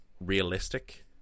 realistic